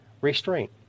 Restraint